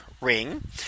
ring